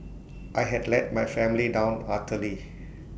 I had let my family down utterly